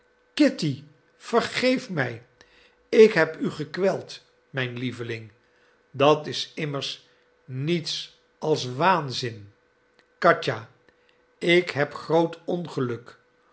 kitty vergeef mij ik heb u gekweld mijn lieveling dat is immers niets als waanzin katja ik heb groot ongeluk